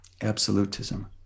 absolutism